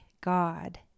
God